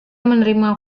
menerima